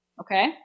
Okay